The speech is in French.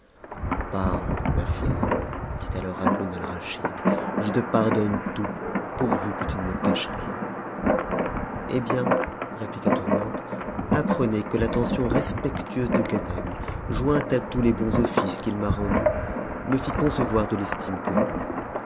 parle ma fille dit alors haroun alraschid je te pardonne tout pourvu que tu ne me caches rien eh bien i rép iqua tourmente apprenez que l'attention respectueuse de ganem jointe à tous les bons offices qu'il m'a rendus me fit concevoir de l'estime pour lui